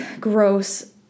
gross